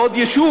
או עוד יישוב,